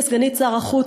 כסגנית שר החוץ,